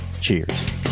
Cheers